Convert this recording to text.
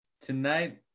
Tonight